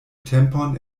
tempon